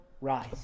rise